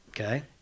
Okay